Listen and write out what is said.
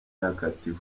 yakatiwe